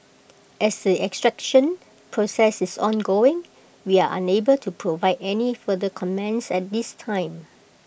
as the extradition process is ongoing we are unable to provide any further comments at this time